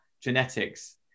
genetics